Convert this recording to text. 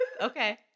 Okay